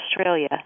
Australia